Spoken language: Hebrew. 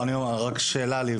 רק שאלה לי,